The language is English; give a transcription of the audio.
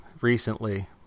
recently